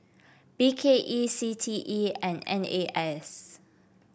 B K E C T E and N A S